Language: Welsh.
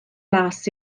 las